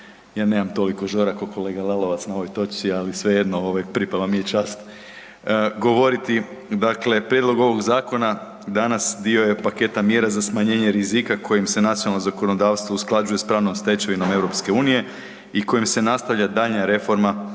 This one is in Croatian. Ja nemam toliko žara ko kolega Lalovac na ovoj točci, ali svejedno ovaj pripala mi je čast govoriti. Dakle prijedlog ovog zakona danas dio je paketa mjera za smanjenje rizika kojim se nacionalno zakonodavstvo usklađuje s pravnom stečevinom EU i kojim se nastavlja daljnja reforma